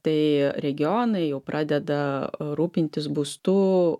tai regionai jau pradeda rūpintis būstu